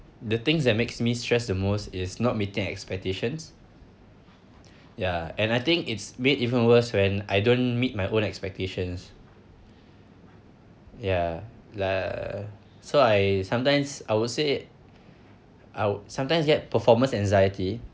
the things that makes me stress the most is not meeting expectations ya and I think it's made even worse when I don't meet my own expectations ya li~ uh so I sometimes I would say I would sometimes get performance anxiety